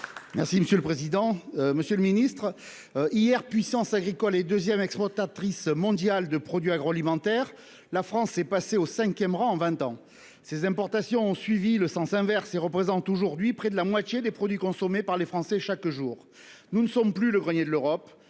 Merci monsieur le président. Monsieur le Ministre. Hier, puissance agricole et 2ème exportatrice mondiale de produits agroalimentaires. La France est passée au 5ème rang en 20 ans ces importations ont suivi le sens inverse et représentent aujourd'hui près de la moitié des produits consommés par les Français. Chaque jour, nous ne sommes plus le grenier de l'Europe,